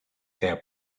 have